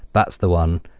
that's the one.